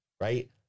right